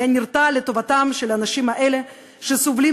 נרתם לטובתם של האנשים האלה שסובלים